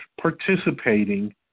participating